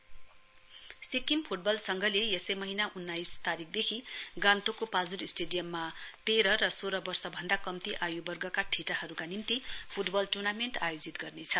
SFA Sikkim football संघले यसै महीना अन्नाइसदेखि गान्तोकको पाल्जोर स्टेडियममा तेह्र र सोह्र वर्षभन्दा कम्ती आयुवर्गका ठिटाहरूका निम्ति फुटबल टुर्नामेन्ट आयोजित गर्नेछ